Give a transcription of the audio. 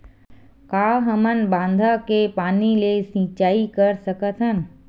का हमन बांधा के पानी ले सिंचाई कर सकथन?